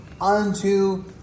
unto